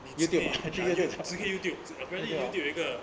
你只可以 ah you~ 只可以 YouTube apparently 有一个